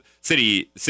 city